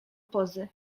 pozy